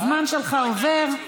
הזמן שלך עובר.